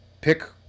Pick